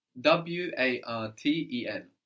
W-A-R-T-E-N